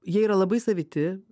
jie yra labai saviti